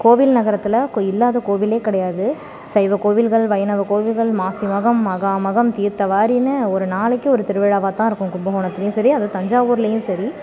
கோவில் நகரத்தில் கோ இல்லாத கோவில் கிடையாது சைவ கோவில்கள் வைணவ கோவில்கள் மாசி மகம் மகா மகம் தீர்த்த வாரின்னு ஒரு நாளைக்கு ஒரு திருவிழாவாக தான் இருக்கும் கும்பகோணத்துலேயும் சரி அதுவும் தஞ்சாவூர்லேயும் சரி